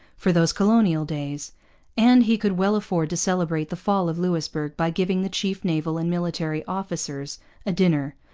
for those colonial days and he could well afford to celebrate the fall of louisbourg by giving the chief naval and military officers a dinner,